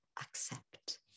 accept